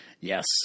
Yes